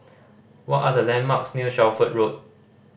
what are the landmarks near Shelford Road